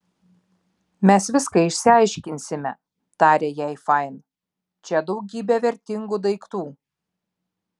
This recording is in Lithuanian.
mes viską išsiaiškinsime tarė jai fain čia daugybė vertingų daiktų